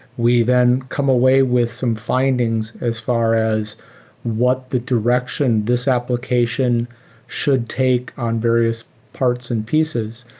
we then come away with some findings as far as what the direction this application should take on various parts and pieces.